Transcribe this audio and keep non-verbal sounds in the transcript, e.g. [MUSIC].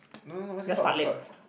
[NOISE] no no no what's it called what's it called